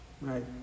Right